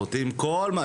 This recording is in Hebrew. כלומר,